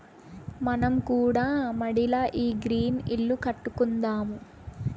మనం కూడా మడిల ఈ గ్రీన్ ఇల్లు కట్టుకుందాము